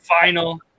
final